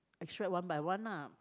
extract one by one lah